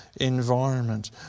environment